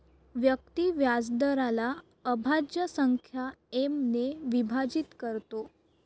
व्यक्ती व्याजदराला अभाज्य संख्या एम ने विभाजित करतो